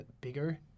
bigger